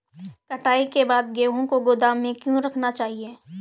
कटाई के बाद गेहूँ को गोदाम में क्यो रखना चाहिए?